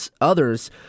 others